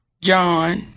John